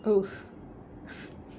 !oof!